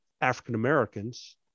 african-americans